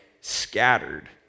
scattered